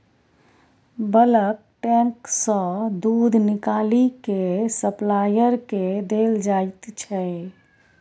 bulk tank सँ दुध निकालि केँ सप्लायर केँ देल जाइत छै